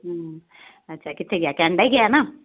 ਹਮ ਅੱਛਾ ਕਿੱਥੇ ਗਿਆ ਕੈਨੇਡਾ ਹੀ ਗਿਆ ਨਾ